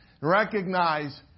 Recognize